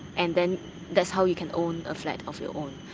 and then that's how you can own a flat of your own.